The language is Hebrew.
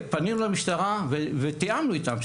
פנינו למשטרה ותיאמנו איתם,